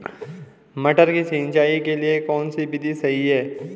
मटर की सिंचाई के लिए कौन सी विधि सही है?